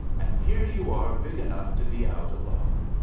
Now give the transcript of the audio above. and here you are big enough to be out alone!